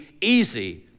easy